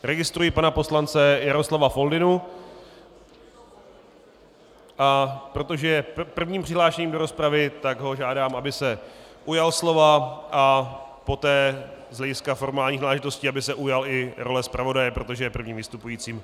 Registruji pana poslance Jaroslava Foldynu, a protože je prvním přihlášeným do rozpravy, tak ho žádám, aby se ujal slova a poté se z hlediska formálních náležitostí ujal i role zpravodaje, protože je prvním vystupujícím.